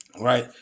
right